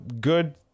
good